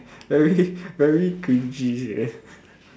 very very cringey eh